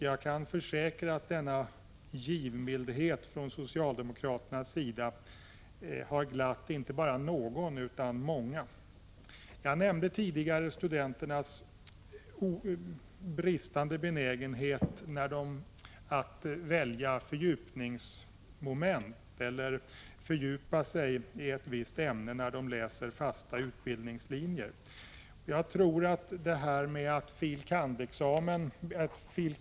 Jag kan försäkra att denna ”givmildhet” från socialdemokraternas sida har glatt, inte bara någon, utan många. Jag nämnde tidigare studenternas bristande benägenhet att välja fördjupningsmoment, att fördjupa sig i ett visst ämne, när de läser på fasta utbildningslinjer. Jag tror att den största betydelsen med att fil.